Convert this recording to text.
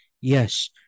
Yes